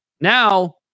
Now